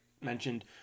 mentioned